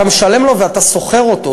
אתה משלם לו ואתה שוכר אותו.